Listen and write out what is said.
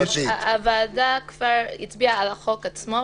הוועדה כבר הצביעה על החוק עצמו,